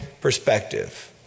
perspective